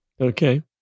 Okay